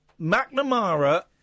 McNamara